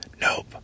Nope